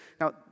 now